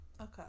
okay